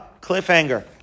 cliffhanger